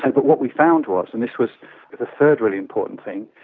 and but what we found was, and this was the third really important thing,